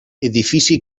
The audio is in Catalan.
edifici